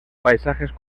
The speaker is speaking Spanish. paisajes